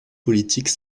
politique